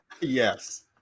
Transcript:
Yes